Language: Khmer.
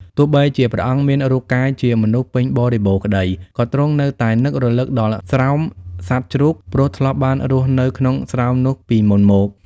ទោះបីជាព្រះអង្គមានរូបកាយជាមនុស្សពេញបរិបូរណ៍ក្តី ក៏ទ្រង់នៅតែនឹករលឹកដល់ស្រោមសត្វជ្រូក ព្រោះធ្លាប់បានរស់នៅក្នុងស្រោមនោះពីមុនមក។